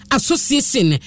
Association